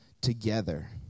together